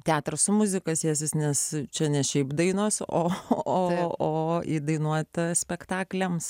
teatras su muzika sėsis nes čia ne šiaip dainos o įdainuota spektakliams